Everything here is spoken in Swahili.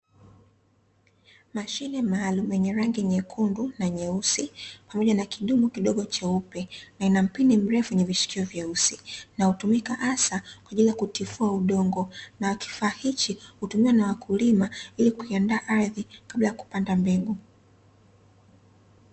Mashine maalumu yenye rangi nyekundu na nyeusi pamoja na kidumu kidogo cheupe na ina Mpini mtefu wenye mishikio vyeusi na hutumika hasa kwa ajili ya kutifua udongo na kifaa hiki hutumuwa na wakulima ardhi, ili kuiandaa ardhi kabla ya kupanda mbegu.